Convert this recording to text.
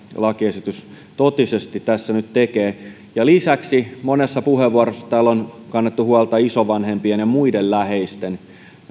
lakiesitys totisesti tässä nyt tekee lisäksi monessa puheenvuorossa täällä on kannettu huolta isovanhempien ja muiden läheisten